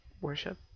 worship